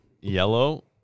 Yellow